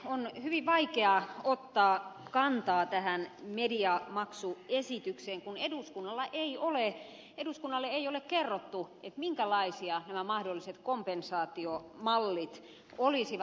on hyvin vaikeaa ottaa kantaa tähän mediamaksuesitykseen kun eduskunnalle ei ole kerrottu minkälaisia nämä mahdolliset kompensaatiomallit olisivat